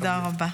תודה רבה.